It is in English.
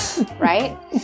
right